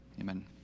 Amen